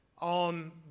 on